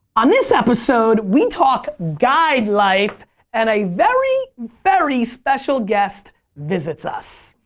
on this episode, we talk guide life and a very, very special guest visits us.